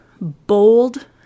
bold